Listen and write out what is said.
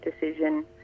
decision